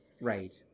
Right